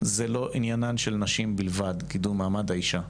זה לא עניינן של נשים בלבד קידום מעמד האישה,